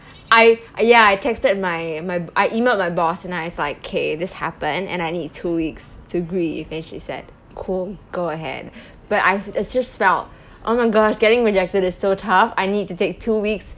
I ya I texted my my I emailed my boss and I was like K this happened and I need two weeks to grieve and she said cool go ahead but I it's just felt oh my gosh getting rejected is so tough I need to take two weeks